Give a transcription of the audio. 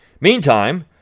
Meantime